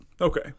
Okay